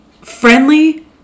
friendly